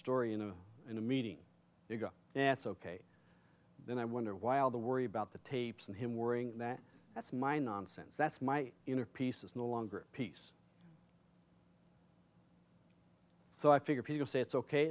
story in a in a meeting you go yeah it's ok then i wonder why all the worry about the tapes and him worrying that that's my nonsense that's my inner peace is no longer peace so i figure people say it's ok